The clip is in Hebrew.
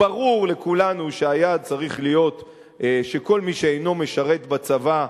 וברור לכולנו שהיעד צריך להיות שכל מי שאינו משרת בצבא,